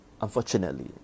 unfortunately